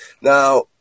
Now